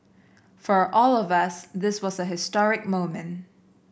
for all of us this was a historic moment